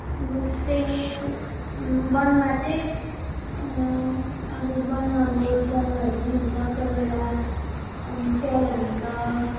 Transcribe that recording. अब त्यस्तै वनमा चाहिँ अब वनमा भयो जनावरहरू पनि हुन्छ कोही बेला स्यालहरू हुन्छ